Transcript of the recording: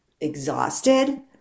exhausted